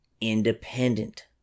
independent